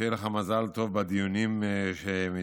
ושיהיה לך מזל טוב בדיונים שמתקיימים